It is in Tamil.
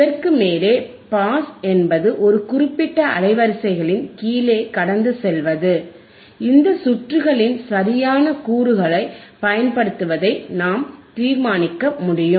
இதற்கு மேலே பாஸ் என்பது ஒரு குறிப்பிட்ட அலைவரிசைகளின் கீழே கடந்து செல்வது இந்த சுற்றுகளில் சரியான கூறுகளைப் பயன்படுத்துவதை நாம் தீர்மானிக்க முடியும்